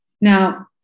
Now